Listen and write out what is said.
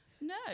no